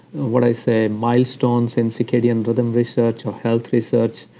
what i say milestones in circadian rhythm research or health research.